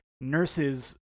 nurses